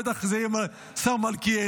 בטח זה יהיה השר מלכיאלי,